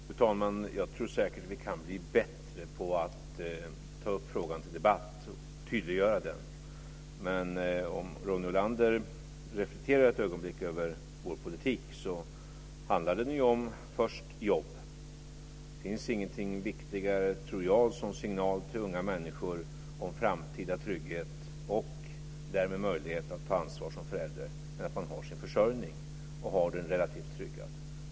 Fru talman! Jag tror säkert att vi kan bli bättre på att ta upp frågan till debatt och tydliggöra den. Men om Ronny Olander reflekterar ett ögonblick över vår politik inser han att den först av allt handlar om jobb. Det finns inget viktigare som signal till unga människor om framtida trygghet, och därmed möjlighet att ta ansvar som förälder, än att man har sin försörjning och har den relativt tryggad.